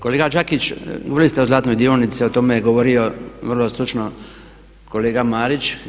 Kolega Đakić, govorili ste o zlatnoj dionici, o tome je govorio vrlo stručno kolega Marić.